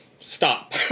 stop